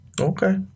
Okay